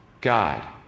God